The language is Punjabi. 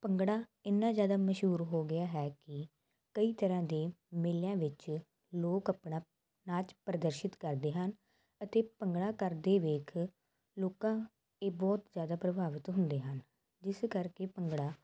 ਭੰਗੜਾ ਇੰਨਾਂ ਜ਼ਿਆਦਾ ਮਸ਼ਹੂਰ ਹੋ ਗਿਆ ਹੈ ਕਿ ਕਈ ਤਰ੍ਹਾਂ ਦੇ ਮੇਲਿਆਂ ਵਿੱਚ ਲੋਕ ਆਪਣਾ ਨਾਚ ਪ੍ਰਦਰਸ਼ਿਤ ਕਰਦੇ ਹਨ ਅਤੇ ਭੰਗੜਾ ਕਰਦੇ ਵੇਖ ਲੋਕਾਂ ਇਹ ਬਹੁਤ ਜ਼ਿਆਦਾ ਪ੍ਰਭਾਵਿਤ ਹੁੰਦੇ ਹਨ ਜਿਸ ਕਰਕੇ ਭੰਗੜਾ